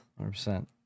100